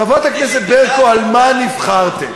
חברת הכנסת ברקו, על מה נבחרתם?